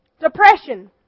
Depression